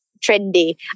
trendy